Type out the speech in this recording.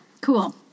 Cool